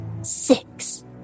Six